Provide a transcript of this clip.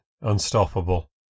unstoppable